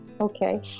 Okay